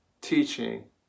teaching